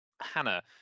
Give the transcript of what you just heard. Hannah